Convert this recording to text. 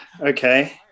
okay